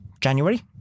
January